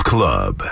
Club